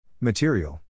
Material